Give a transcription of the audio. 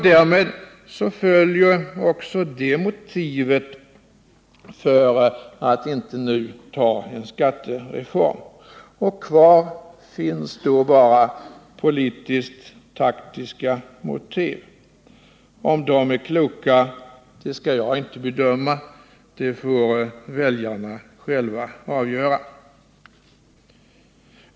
Därmed faller också det motivet för att inte nu besluta om en skattereform. Kvar finns bara politiskt taktiska motiv. Om de är kloka skall inte jag bedöma, utan det får väljarna själva avgöra.